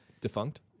defunct